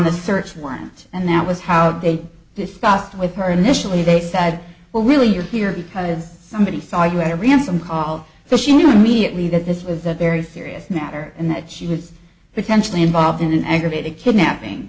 the search one and that was how they discussed with her initially they said well really you're here because somebody saw you every man some call so she knew immediately that this was a very serious matter and that she was potentially involved in an aggravated kidnapping